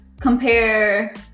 Compare